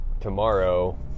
tomorrow